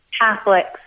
Catholics